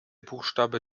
buchstabe